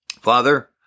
Father